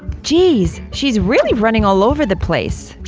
geez, she's really running all over the place.